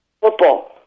Football